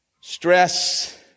stress